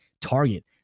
target